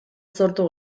sortu